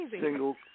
single